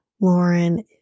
Lauren